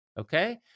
okay